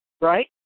right